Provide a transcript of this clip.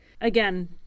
Again